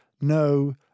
no